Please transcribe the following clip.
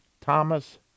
Thomas